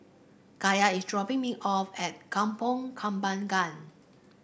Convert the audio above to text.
Kaya is dropping me off at Kampong Kembangan